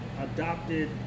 adopted